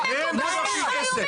זה מקובל עליך האיומים האלה?